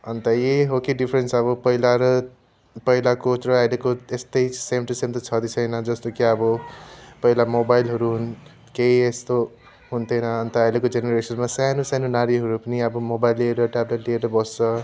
अन्त यही हो कि डिफ्रेन्स अब पहिला र पहिलाको र अहिलेको त्यस्तै सेम टू सेम त छदैँ छैन जस्तै कि अब पहिला मोबाइलहरू केही यस्तो हुन्थेन अन्त अहिलेको जेनेरेसनमा सानो सानो नानीहरू पनि अब मोबाइल लिएर ट्याबलेट लिएर बस्छ